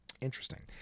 Interesting